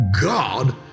God